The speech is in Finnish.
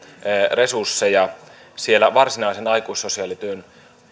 resursseja siellä varsinaisen aikuissosiaalityön